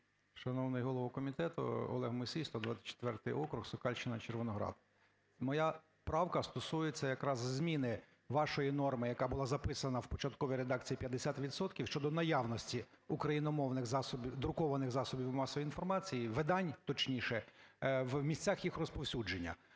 Шановний голово комітету! Олег Мусій, 124 округ, Сокальщина, Червоноград. Моя правка стосується якраз зміни вашої норми, яка була записана в початковій редакції: 50 відсотків щодо наявності україномовних засобів... друкованих засобів масової інформації, видань, точніше, в місцях їх розповсюдження.